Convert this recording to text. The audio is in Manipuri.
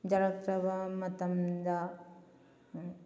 ꯌꯥꯔꯛꯇ꯭ꯔꯕ ꯃꯇꯝꯗ